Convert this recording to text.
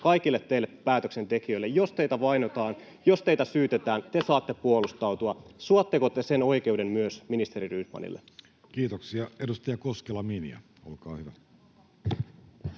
kaikille teille päätöksentekijöille. Jos teitä vainotaan, jos teitä syytetään, te saatte puolustautua. Suotteko te sen oikeuden myös ministeri Rydmanille? [Speech 61] Speaker: Jussi Halla-aho